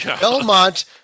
Belmont